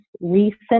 recent